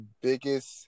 biggest